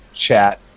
chat